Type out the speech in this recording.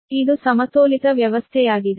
ಇದು ಸಮತೋಲಿತ ವ್ಯವಸ್ಥೆಯಾಗಿದೆ